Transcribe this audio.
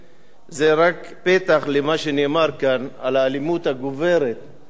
זה רק פתח למה שנאמר כאן על האלימות הגוברת וגואה